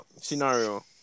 scenario